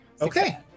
Okay